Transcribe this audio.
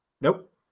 nope